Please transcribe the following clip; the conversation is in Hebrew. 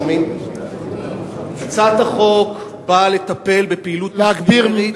הצעת החוק באה לטפל בפעילות מיסיונרית,